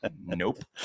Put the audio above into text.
nope